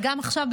וגם עכשיו,